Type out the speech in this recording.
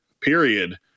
period